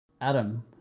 Adam